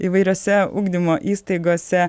įvairiose ugdymo įstaigose